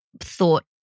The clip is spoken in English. thought